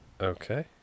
Okay